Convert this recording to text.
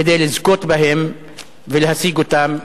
כדי לזכות בהן ולהשיג אותן.